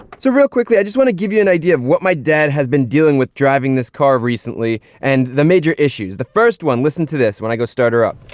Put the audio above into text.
so real quickly i just want to give you an idea of what my dad has been dealing with driving this car recently and the major issues the first one listen to this when i go start her up